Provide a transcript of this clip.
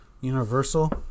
Universal